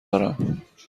دارم